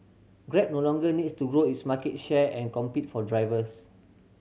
grab no longer needs to grow its market share and compete for drivers